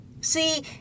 See